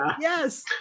Yes